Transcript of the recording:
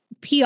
PR